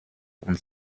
und